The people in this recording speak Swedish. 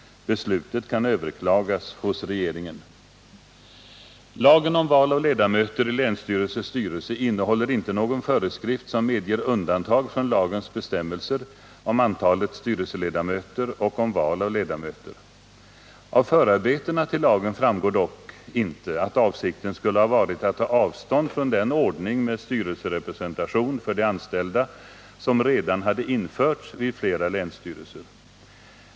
Beslutet kan överklagas hos regeringen. Lagen om val av ledamöter i länsstyrelses styrelse innehåller inte någon föreskrift som medger undantag från lagens bestämmelser om antalet styrelseledamöter och om val av ledamöter. Av förarbetena till lagen framgår dock inte att avsikten skulle ha varit att ta avstånd från den ordning med styrelserepresentation för de anställda som redan hade införts vid flera länsstyrelser.